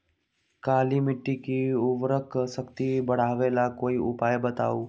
काली मिट्टी में उर्वरक शक्ति बढ़ावे ला कोई उपाय बताउ?